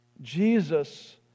Jesus